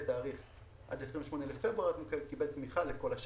עד 28 בפברואר מקבל תמיכה לכל השנה.